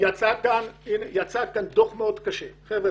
יצא כאן דוח מאוד קשה לגבי המצב בימ"חים.